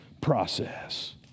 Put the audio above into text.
process